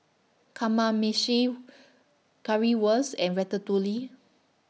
Kamameshi Currywurst and Ratatouille